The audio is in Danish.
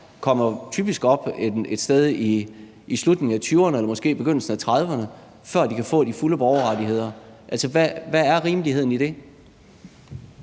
kommer typisk op et sted i slutningen af 20'erne eller måske begyndelsen af 30'erne, før de kan få de fulde borgerrettigheder. Hvad er rimeligheden i det?